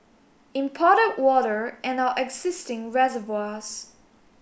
imported water and our existing reservoirs